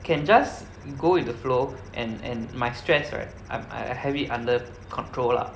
can just go with the flow and and my stress right I'm I have it under control lah